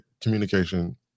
communication